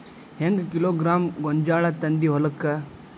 ಹೆಂಗ್ ಕಿಲೋಗ್ರಾಂ ಗೋಂಜಾಳ ತಂದಿ ಹೊಲಕ್ಕ?